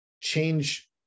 change